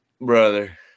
Brother